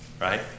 Right